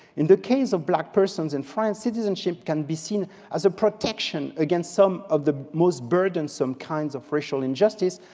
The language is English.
in the case of black persons in france, citizenship can be seen as a protection against some of the most burdensome kinds of racial injustice,